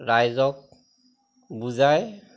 ৰাইজক বুজাই